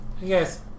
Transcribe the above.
yes